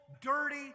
dirty